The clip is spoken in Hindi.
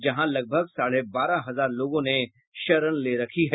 जहां लगभग साढ़े बारह हजार लोगों ने शरण ले रखी है